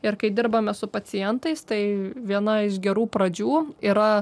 ir kai dirbame su pacientais tai viena iš gerų pradžių yra